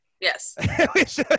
yes